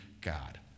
god